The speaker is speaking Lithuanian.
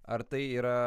ar tai yra